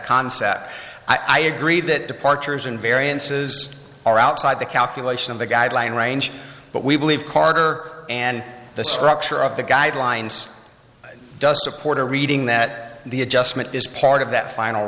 concept i agree that departures and variances are outside the calculation of the guideline range but we believe carder and the structure of the guidelines does support a reading that the adjustment is part of that final